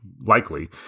likely